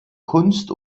kunst